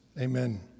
Amen